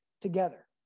together